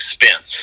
expense